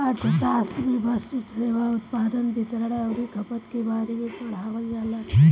अर्थशास्त्र में वस्तु, सेवा, उत्पादन, वितरण अउरी खपत के बारे में पढ़ावल जाला